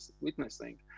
witnessing